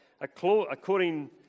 according